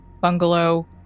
bungalow